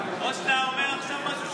או שאתה אומר עכשיו משהו שהוא לא נכון.